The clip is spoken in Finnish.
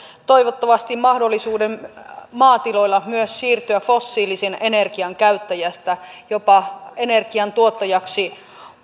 toivottavasti mahdollisuuden maatiloilla myös siirtyä fossiilisen energian käyttäjästä jopa energian tuottajaksi